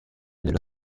dello